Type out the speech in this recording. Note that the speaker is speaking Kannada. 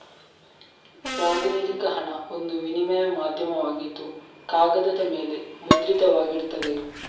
ಪ್ರಾತಿನಿಧಿಕ ಹಣ ಒಂದು ವಿನಿಮಯ ಮಾಧ್ಯಮವಾಗಿದ್ದು ಕಾಗದದ ಮೇಲೆ ಮುದ್ರಿತವಾಗಿರ್ತದೆ